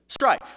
strife